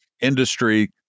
industry